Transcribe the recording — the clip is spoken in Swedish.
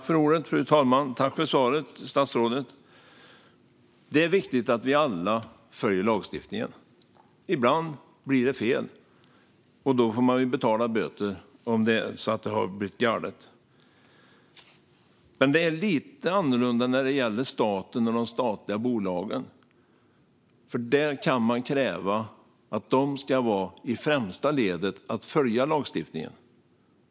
Fru talman! Tack för svaret, statsrådet! Det är viktigt att vi alla följer lagstiftningen. Ibland blir det galet, och då får man betala böter. Det är dock lite annorlunda när det gäller staten och de statliga bolagen. Där kan man kräva att de går i främsta ledet när det gäller att följa lagstiftningen.